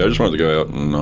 i just wanted to go out and